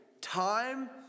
time